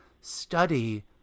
study